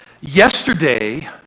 Yesterday